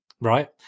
right